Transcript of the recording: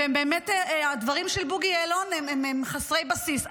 ובאמת הדברים של בוגי יעלון הם חסרי בסיס.